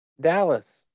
Dallas